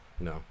No